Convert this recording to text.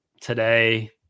today